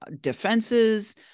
defenses